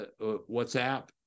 WhatsApp